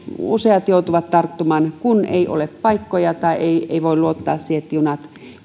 tarttumaan kun ei ole paikkoja tai ei ei voi luottaa siihen että junat